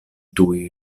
tuj